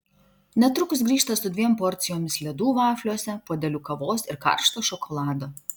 netrukus grįžta su dviem porcijomis ledų vafliuose puodeliu kavos ir karšto šokolado